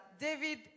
David